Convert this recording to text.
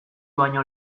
baino